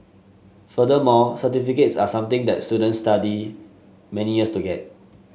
furthermore certificates are something that students study many years to get